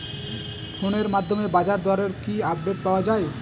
ফোনের মাধ্যমে বাজারদরের কি আপডেট পাওয়া যায়?